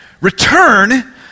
Return